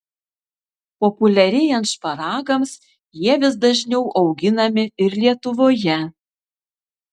populiarėjant šparagams jie vis dažniau auginami ir lietuvoje